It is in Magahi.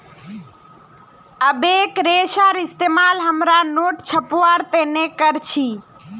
एबेक रेशार इस्तेमाल हमरा नोट छपवार तने भी कर छी